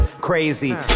crazy